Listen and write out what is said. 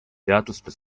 teadlaste